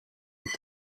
est